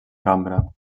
cambra